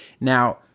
Now